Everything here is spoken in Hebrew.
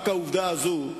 רק העובדה הזו,